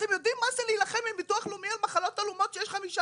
אתם יודעים מה זה להילחם עם ביטוח לאומי על מחלות עלומות כשיש חמישה